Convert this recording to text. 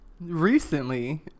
Recently